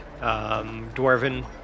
dwarven